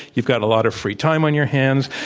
you've got a lot of free time on your hands.